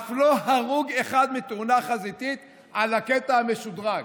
אף לא הרוג אחד מתאונה חזיתית על הקטע המשודרג.